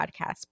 podcast